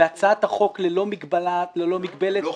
בהצעת החוק ללא מגבלת -- לא,